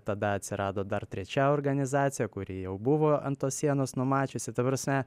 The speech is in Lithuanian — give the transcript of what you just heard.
tada atsirado dar trečia organizacija kuri jau buvo ant tos sienos numačiusi ta prasme